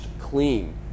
clean